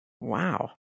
Wow